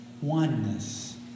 oneness